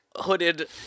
hooded